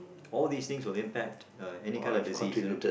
all these things will impact uh any kind of disease you know